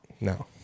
No